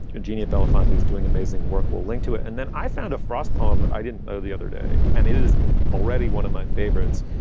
virginia bellafante is doing amazing work. we'll link to it. and then i found a frost poem that i didn't know the other day. and it is already one of my favorites.